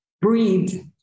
breathe